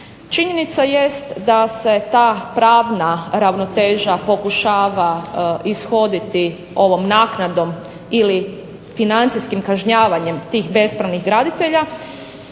Činjenica jest da se ta pravna ravnoteža pokušava ishoditi ovom naknadom ili financijskim kažnjavanjem tih bespravnih graditelja.